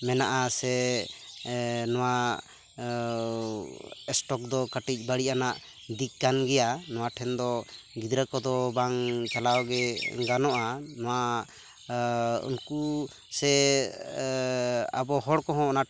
ᱢᱮᱱᱟᱜᱼᱟ ᱥᱮ ᱱᱚᱣᱟ ᱮᱥᱴᱚᱠ ᱫᱚ ᱠᱟᱹᱴᱤᱡ ᱵᱟᱹᱲᱤᱡ ᱟᱱᱟᱜ ᱫᱤᱠ ᱠᱟᱱᱜᱮᱭᱟ ᱱᱚᱣᱟ ᱴᱷᱮᱱᱫᱚ ᱜᱤᱫᱽᱨᱟᱹ ᱠᱚᱫᱚ ᱵᱟᱝ ᱪᱟᱞᱟᱣᱜᱮ ᱜᱟᱱᱚᱜᱼᱟ ᱱᱚᱣᱟ ᱩᱱᱠᱩ ᱥᱮ ᱟᱵᱚ ᱦᱚᱲᱠᱚ ᱦᱚᱸ ᱚᱱᱟ